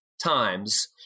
times